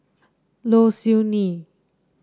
Low Siew Nghee